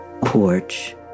porch